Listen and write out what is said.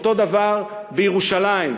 אותו דבר בירושלים,